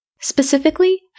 Specifically